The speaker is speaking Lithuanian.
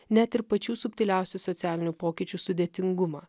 net ir pačių subtiliausių socialinių pokyčių sudėtingumą